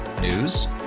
News